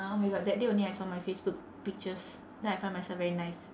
oh my god that day only I saw my facebook pictures then I find myself very nice